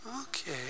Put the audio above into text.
Okay